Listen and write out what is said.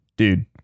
dude